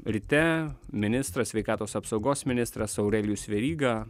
ryte ministras sveikatos apsaugos ministras aurelijus veryga